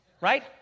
right